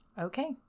Okay